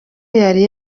yari